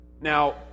Now